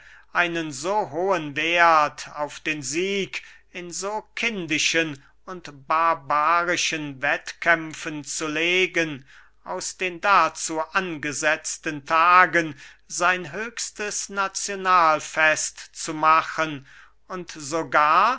einen so hohen werth auf den sieg in so kindischen oder barbarischen wettkämpfen zu legen aus den dazu angesetzten tagen sein höchstes nazionalfest zu machen und sogar